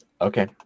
Okay